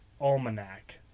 Almanac